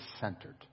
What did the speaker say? centered